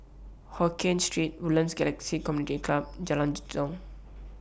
Hokien Street Woodlands Galaxy Community Club and Jalan Jitong